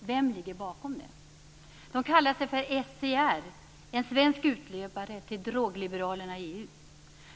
Vem ligger bakom det? De kallar sig för SCR, en svensk utlöpare till drogliberalerna i EU.